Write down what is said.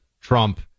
Trump